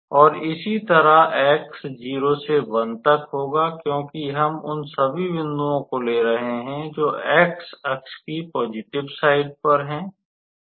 और इसी तरह x 0 से 1 तक होगा क्योंकि हम उन सभी बिंदुओं को ले रहे हैं जो x अक्ष के धनात्मक पक्ष पर हैं